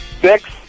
Six